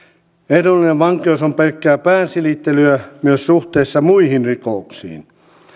ehdollinen vankeus on pelkkää pään silittelyä myös suhteessa muihin rikoksiin